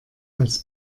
als